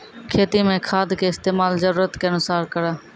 खेती मे खाद के इस्तेमाल जरूरत के अनुसार करऽ